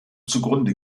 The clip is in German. zugrunde